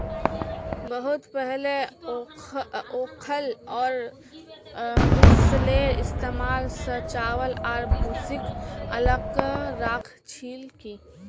बहुत पहले ओखल और मूसलेर इस्तमाल स चावल आर भूसीक अलग राख छिल की